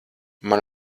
man